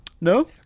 No